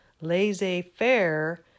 laissez-faire